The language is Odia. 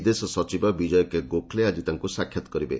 ବିଦେଶ ସଚିବ ବିଜୟ କେ ଗୋଖଲେ ଆଜି ତାଙ୍କୁ ସାକ୍ଷାତ କରିବେ